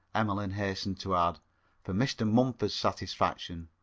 emmeline hastened to add for mr. mumford's satisfaction.